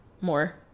more